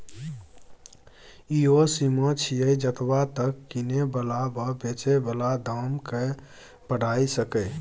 ई ओ सीमा छिये जतबा तक किने बला वा बेचे बला दाम केय बढ़ाई सकेए